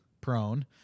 prone